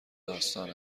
داستان